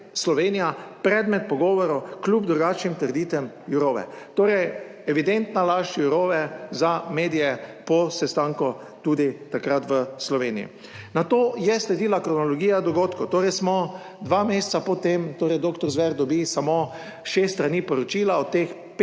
Slovenija predmet pogovorov kljub drugačnim trditvam Jourove. Torej, evidentna laž Jourove za medije po sestanku tudi takrat v Sloveniji. Nato je sledila kronologija dogodkov. Torej smo dva meseca po tem torej doktor Zver dobi samo šest strani poročila, **5.